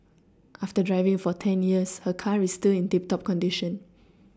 after driving for ten years her car is still in tip top condition